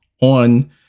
on